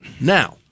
Now